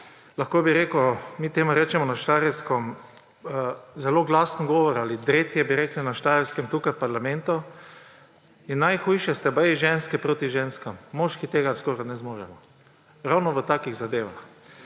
lahko bi rekel, mi temu rečemo na Štajerskem, zelo glasen govor ali dretje, bi rekel na Štajerskem, tukaj v parlamentu. In najhujše ste baje ženske proti ženskam, moški tega skoraj ne zmoremo, ravno v takih zadevah.